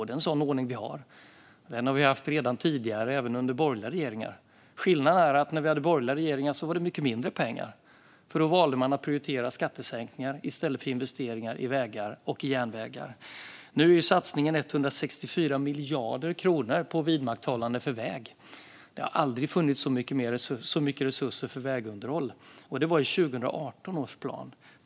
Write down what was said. Det är en sådan ordning vi har; det har vi haft tidigare, även under borgerliga regeringar. Skillnaden är att när vi hade borgerliga regeringar var det mycket mindre pengar, för då valde man att prioritera skattesänkningar i stället för investeringar i vägar och i järnvägar. Nu är satsningen 164 miljarder kronor på vidmakthållande för väg. Det har aldrig funnits så mycket resurser för vägunderhåll, och det var i 2018 års plan.